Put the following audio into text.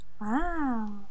Wow